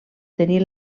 tenir